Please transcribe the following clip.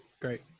great